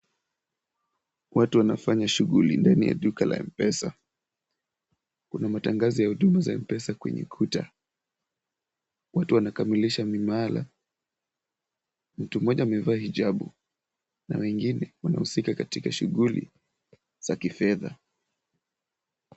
Watu wanafanya shughuli ndani ya duka la M-Pesa. Kuna matangazo ya huduma za M-Pesa kwenye kuta. Watu wanakamilisha miamala. Mtu mmoja amevalia hijabu na wengine wanahusika katika shughuli za kifedha.